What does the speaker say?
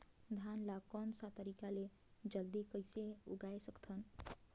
धान ला कोन सा तरीका ले जल्दी कइसे उगाय सकथन?